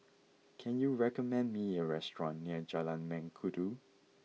can you recommend me a restaurant near Jalan Mengkudu